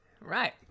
Right